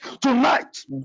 tonight